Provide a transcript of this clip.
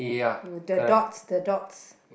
you the dots the dots